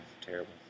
terrible